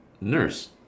nurse